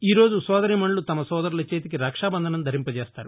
ఈ రోజు సోదరీమణులు తమ సోదరుల చేతికి రక్షాబంధనం ధరింపచేస్తారు